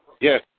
yes